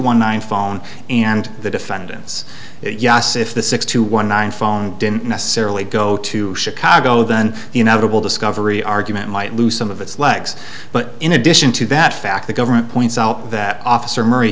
one nine phone and the defendants yes if the six to one nine phone didn't necessarily go to chicago then the inevitable discovery argument might lose some of its legs but in addition to that fact the government points out that officer m